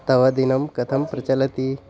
तव दिनं कथं प्रचलति